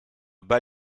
bas